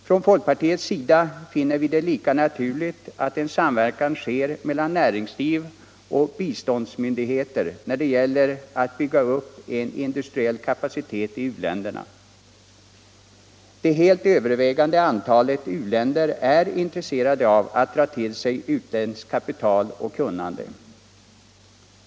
Från folkpartiets sida finner vi det vara lika naturligt att en samverkan sker mellan näringsliv och biståndsmyndigheter när det gäller att bygga upp en industriell kapacitet i u-länderna. I det helt övervägande antalet u-länder är man intresserad av att dra till sig utländskt kapital och kunnande.